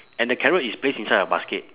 and the carrot is placed inside a basket